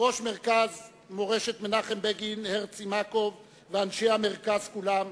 ראש מרכז מורשת מנחם בגין הרצי מקוב ואנשי המרכז כולם,